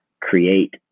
create